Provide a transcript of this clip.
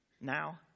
now